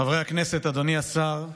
חברי הכנסת, אדוני השר,